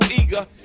eager